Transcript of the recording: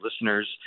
listeners